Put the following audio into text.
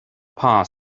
past